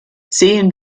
sehen